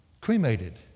cremated